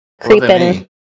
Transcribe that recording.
Creeping